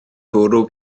bwrw